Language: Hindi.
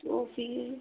तो फिर